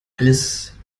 alles